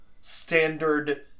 Standard